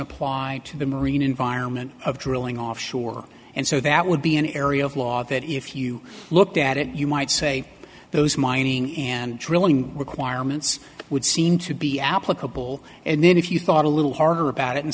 apply to the marine environment of drilling offshore and so that would be an area of law that if you looked at it you might say those mining and drilling requirements would seem to be applicable and then if you thought a little harder about it and